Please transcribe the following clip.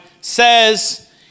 says